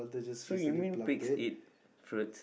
so you mean pigs eat fruits